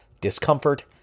discomfort